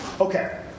Okay